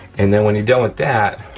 and then when you done with that,